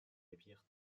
rivière